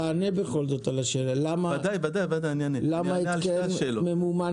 תענה בכל זאת על השאלה: למה התקן ממומן